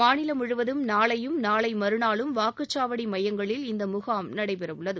மாநிலம் முழுவதும் நாளையும் நாளை மறுநாளும் வாக்குச்சாவடி மையங்களில் இந்த முகாம் நடைபெறவுள்ளது